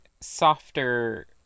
softer